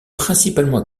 principalement